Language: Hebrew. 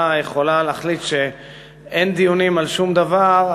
יכולה להחליט שאין דיונים על שום דבר,